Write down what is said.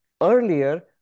Earlier